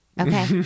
Okay